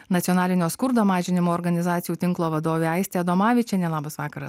nacionalinio skurdo mažinimo organizacijų tinklo vadovė aistė adomavičienė labas vakaras